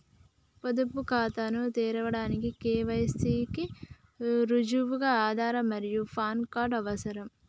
పొదుపు ఖాతాను తెరవడానికి కే.వై.సి కి రుజువుగా ఆధార్ మరియు పాన్ కార్డ్ అవసరం